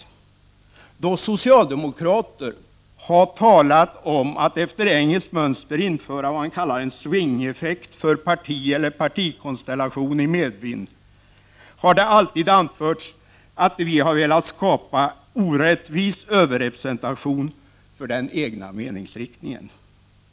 115 Då socialdemokrater har talat om att efter engelskt mönster införa vad man kallar en swingeffekt för parti eller partikonstellation i medvind har det alltid anförts att vi har velat skapa orättvis överrepresentation för den egna meningsriktningen.